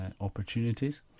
opportunities